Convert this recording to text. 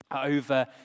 over